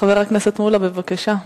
חבר הכנסת מולה, בבקשה.